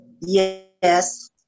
Yes